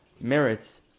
merits